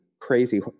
Crazy